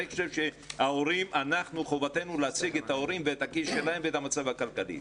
אני חושב שחובתנו להציג את ההורים ואת הכיס שלהם ואת המצב הכלכלי.